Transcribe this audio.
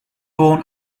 born